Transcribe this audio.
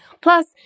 plus